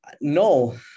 no